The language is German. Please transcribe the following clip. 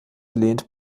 lehnt